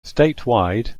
statewide